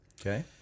Okay